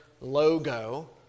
logo